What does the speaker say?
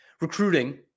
recruiting